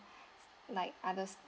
like other